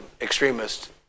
extremists